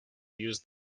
use